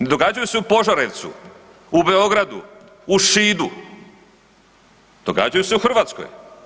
Ne događaju se u Požarevcu, u Beogradu, u Šidu događaju se u Hrvatskoj.